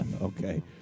okay